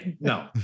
No